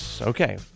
Okay